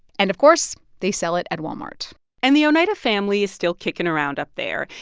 and, of course, they sell it at walmart and the oneida family is still kicking around up there.